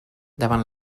davant